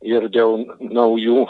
ir dėl naujų